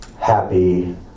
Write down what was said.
Happy